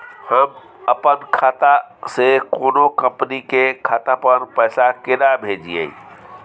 हम अपन खाता से कोनो कंपनी के खाता पर पैसा केना भेजिए?